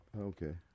okay